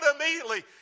immediately